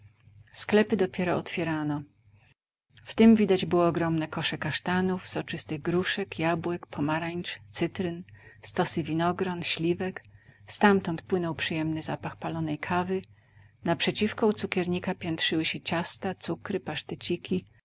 sklepy dopiero otwierano w tym widać było ogromne kosze kasztanów soczystych gruszek jabłek pomarańcz cytryn stosy winogron śliwek stamtąd płynął przyjemny zapach palonej kawy naprzeciwko u cukiernika piętrzyły się ciasta